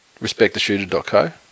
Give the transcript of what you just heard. respecttheshooter.co